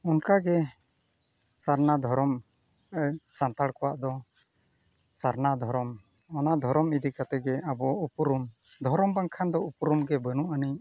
ᱚᱱᱠᱟᱜᱮ ᱥᱟᱨᱱᱟ ᱫᱷᱚᱨᱚᱢ ᱥᱟᱱᱛᱟᱲ ᱠᱚᱣᱟᱜ ᱫᱚ ᱥᱟᱨᱱᱟ ᱫᱷᱚᱨᱚᱢ ᱚᱱᱟ ᱫᱷᱚᱨᱚᱢ ᱤᱫᱤ ᱠᱟᱛᱮᱫ ᱜᱮ ᱟᱵᱚ ᱩᱯᱨᱩᱢ ᱫᱷᱚᱨᱚᱢ ᱵᱟᱝᱠᱷᱟᱱ ᱫᱚ ᱩᱯᱨᱩᱢ ᱜᱮ ᱵᱟᱹᱱᱩᱜ ᱟᱹᱱᱤᱡ